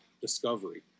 discovery